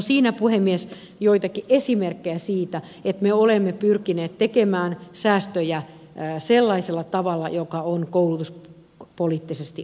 siinä puhemies joitakin esimerkkejä siitä että me olemme pyrkineet tekemään säästöjä sellaisella tavalla joka on koulutuspoliittisesti arvokasta